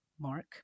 Mark